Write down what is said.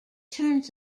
turns